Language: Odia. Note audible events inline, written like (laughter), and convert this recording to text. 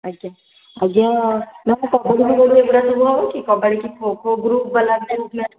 ଆଜ୍ଞା ଆଉ (unintelligible) ଏ ଗୋଡ଼ାକ ସବୁ ହେଉଛି କବାଡ଼ି କି ଖୋଖୋ ଗୃପ୍ ବାଲା ଯାହା